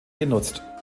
genutzt